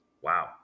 Wow